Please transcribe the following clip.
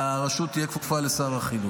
והרשות תהיה כפופה לשר החינוך.